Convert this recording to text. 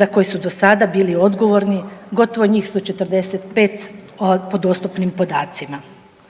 za koje su do sada bili odgovorni gotovo njih 145 po dostupnim podacima.